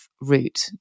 route